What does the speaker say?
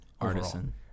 Artisan